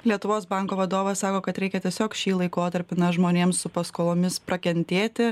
lietuvos banko vadovas sako kad reikia tiesiog šį laikotarpį na žmonėms su paskolomis prakentėti